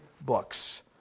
books